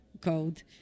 code